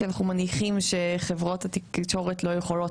כי אנחנו מניחים שחברות התקשורת לא יכולות